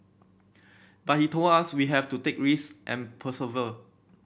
but he told us we have to take risk and persevere